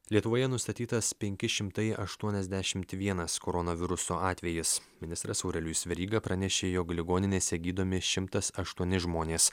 lietuvoje nustatytas penki šimtai aštuoniasdešimt vienas koronaviruso atvejis ministras aurelijus veryga pranešė jog ligoninėse gydomi šimtas aštuoni žmonės